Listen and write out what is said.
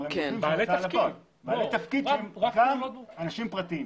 בעלי תפקיד שהם גם אנשים פרטיים.